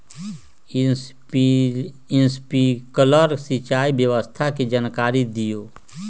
Sprinkler सिंचाई व्यवस्था के जाकारी दिऔ?